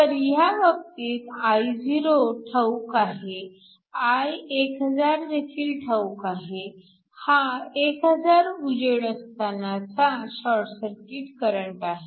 तर ह्या बाबतीत Io ठाऊक आहे I1000 देखील ठाऊक आहे हा 1000 उजेड असतानाचा शॉर्ट सर्किट करंट आहे